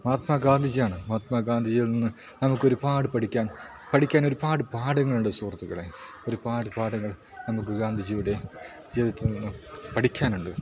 മഹാത്മാ ഗാന്ധിജിയാണ് മഹാത്മാ ഗാന്ധിജിയിൽ നിന്ന് നമുക്കൊരുപാട് പഠിക്കാൻ പഠിക്കാനൊരുപാട് പാഠങ്ങളുണ്ട് സുഹൃത്തുക്കളെ ഒരുപാട് പാഠങ്ങൾ നമുക്ക് ഗാന്ധിജിയുടെ ജീവിതത്തിൽ നിന്ന് പഠിക്കാനുണ്ട്